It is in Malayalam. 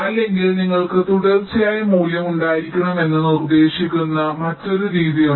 അല്ലെങ്കിൽ നിങ്ങൾക്ക് തുടർച്ചയായ മൂല്യം ഉണ്ടായിരിക്കാമെന്ന് നിർദ്ദേശിക്കുന്ന മറ്റൊരു രീതി ഉണ്ട്